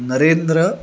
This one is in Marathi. नरेंद्र